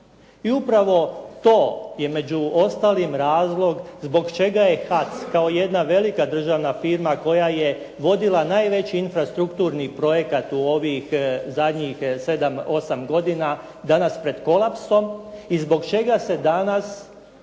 I upravo to je među ostalim razlog zbog čega je HAC kao jedna velika državna firma koja je vodila najveći infrastrukturni projekat u ovih zadnjih sedam, osam godina danas pred kolapsom. I zbog čega se danas